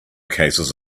cases